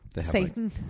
Satan